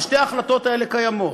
אבל שתי ההחלטות האלה קיימות.